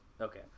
okay